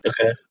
Okay